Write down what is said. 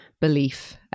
belief